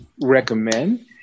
recommend